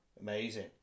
amazing